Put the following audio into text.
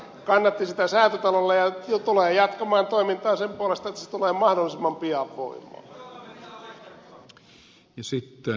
kannatin sitä säätytalolla ja tulen jatkamaan toimintaa sen puolesta että se tulee mahdollisimman pian voimaan